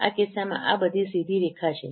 આ કિસ્સામાં આ બધી સીધી રેખા છે